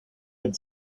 had